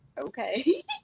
okay